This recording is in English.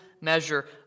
measure